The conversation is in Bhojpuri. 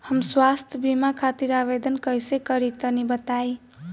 हम स्वास्थ्य बीमा खातिर आवेदन कइसे करि तनि बताई?